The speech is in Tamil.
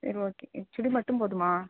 சரி ஓகே சுடி மட்டும் போதுமா